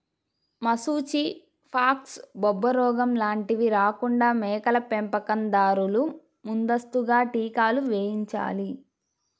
మశూచి, ఫాక్స్, బొబ్బరోగం లాంటివి రాకుండా మేకల పెంపకం దారులు ముందస్తుగా టీకాలు వేయించాలి